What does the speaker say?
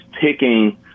picking